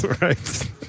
Right